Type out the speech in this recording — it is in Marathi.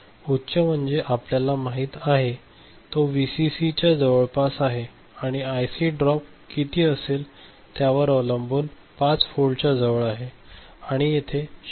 उच्च म्हणजे आपल्याला माहित आहे तो व्हीसीसी च्या जवळपास आहे आणि आयसीआरसी ड्रॉप किती असेल त्यावर अवलंबून हे 5 व्होल्टच्या जवळ आहे आणि येथे 0